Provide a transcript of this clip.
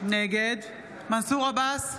נגד מנסור עבאס,